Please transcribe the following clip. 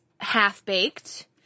half-baked